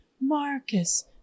Marcus